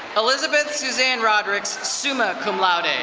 elizabeth suzann rodricks, summa cum laude.